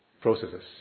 processes